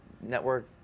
network